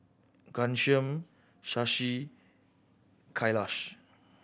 Ghanshyam Shashi Kailash